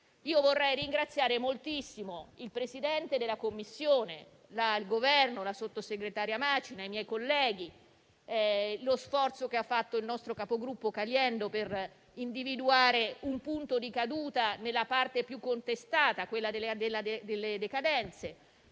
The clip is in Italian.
Vorrei ringraziare moltissimo il Presidente della Commissione, il Governo, la sottosegretaria Macina, i miei colleghi e, in particolare, il nostro capogruppo Caliendo per lo sforzo che ha fatto per individuare un punto di caduta nella parte più contestata, quella delle decadenze.